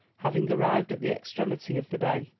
having arrived at the extremity of the bay,